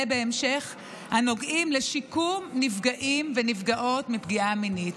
בהמשך הנוגעים לשיקום נפגעים ונפגעות מפגיעה מינית.